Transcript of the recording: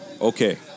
Okay